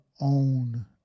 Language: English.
own